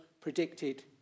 predicted